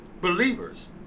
believers